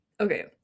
Okay